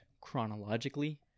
chronologically